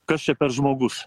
kas čia per žmogus